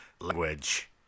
language